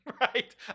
Right